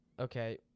Okay